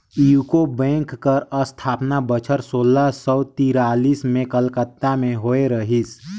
UCO bank कर असथापना बछर सोला सव तिरालिस में कलकत्ता में होए रहिस